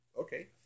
Okay